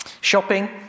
Shopping